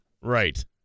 Right